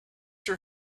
your